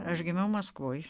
aš gimiau maskvoj